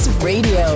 Radio